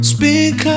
Speak